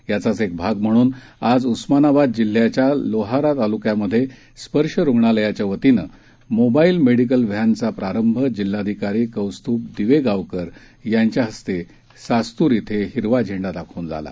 याचाच एक भाग म्हणून आज उस्मानाबाद जिल्ह्याच्या लोहारा तालुक्यात स्पर्श रुग्णालयाच्या वतीनं मोबाईल मेडिकल व्हॅन चा प्रारंभ जिल्हाधिकारी कौस्तुभ दिवेगावकर यांच्या हस्ते सास्तुर ॐ हिरवा झेंडा दाखवून झाला